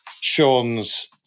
Sean's